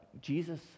Jesus